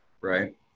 right